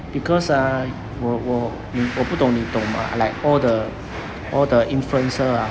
because ah 我我我不懂你懂吗 like all the all the influencer ah